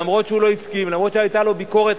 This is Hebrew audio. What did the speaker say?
אף-על-פי שלא הסכים ואף-על-פי